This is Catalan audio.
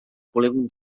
polígon